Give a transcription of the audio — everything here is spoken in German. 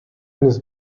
eines